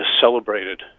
celebrated